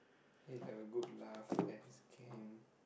he'll have a good laugh at his camp